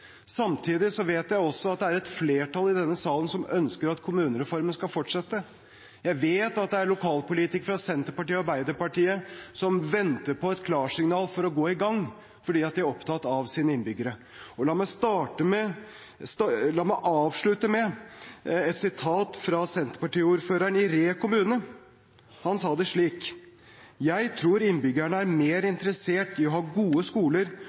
Samtidig vet jeg også at det er et flertall i denne salen som ønsker at kommunereformen skal fortsette. Jeg vet at det er lokalpolitikere fra Senterpartiet og Arbeiderpartiet som venter på et klarsignal for å gå i gang, fordi de er opptatt av sine innbyggere. La meg avslutte med et sitat fra Senterparti-ordføreren i Re kommune. Han sa det slik: «Jeg tror innbyggerne er mer interessert i å ha gode skoler